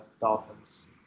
Dolphins